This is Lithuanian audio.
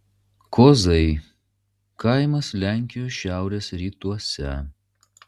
kozai kaimas lenkijos šiaurės rytuose